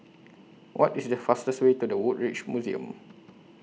What IS The fastest Way to The Woodbridge Museum